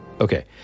Okay